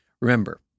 Remember